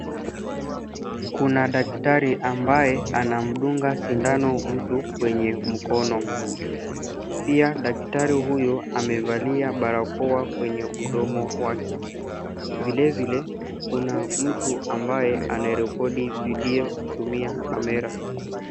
Kuna daktari ambaye anamdunga sindano mtu kwenye mkono. Pia daktari huyu amevalia barakoa kwenye mdomo wake. Vile vile, kuna mtu ambaye anarekodi video kutumia kamera.